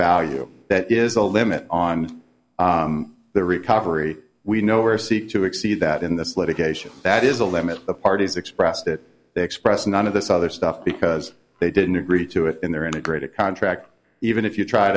value that is a limit on the recovery we know or seek to exceed that in this litigation that is a limit of parties expressed that they express none of this other stuff because they didn't agree to it in their integrated contract even if you try